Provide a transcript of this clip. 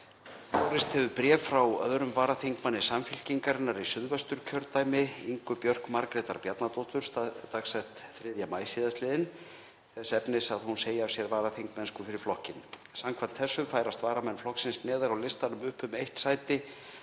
Borist hefur bréf frá 2. varaþingmanni Samfylkingarinnar í Suðvesturkjördæmi, Ingu Björk Margrétar Bjarnadóttur, dagsett 3. maí sl., þess efnis að hún segi af sér varaþingmennsku fyrir flokkinn. Samkvæmt þessu færast varamenn flokksins neðar á listanum upp um eitt sæti